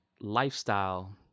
lifestyle